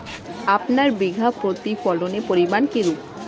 আপনার বিঘা প্রতি ফলনের পরিমান কীরূপ?